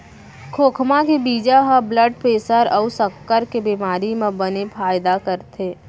खोखमा के बीजा ह ब्लड प्रेसर अउ सक्कर के बेमारी म बने फायदा करथे